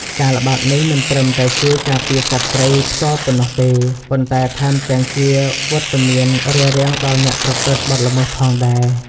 ការល្បាតនេះមិនត្រឹមតែជួយការពារសត្វព្រៃផ្ទាល់ប៉ុណ្ណោះទេ ប៉ុន្តែថែមទាំងជាវត្តមានរារាំងដល់អ្នកប្រព្រឹត្តបទល្មើសផងដែរ។